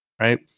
Right